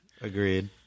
Agreed